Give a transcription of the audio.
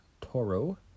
Toro